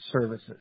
services